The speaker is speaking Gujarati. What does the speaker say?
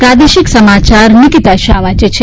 પ્રાદેશિક સમાયાર નિકિતા શાહ વાંચે છે